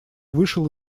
вышел